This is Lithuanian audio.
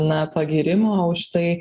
na pagyrimo už tai